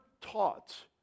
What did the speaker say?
taught